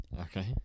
Okay